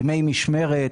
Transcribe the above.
דמי משמרת,